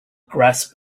grasp